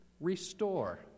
restore